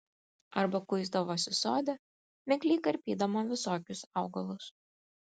arba kuisdavosi sode mikliai karpydama visokius augalus